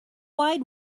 wide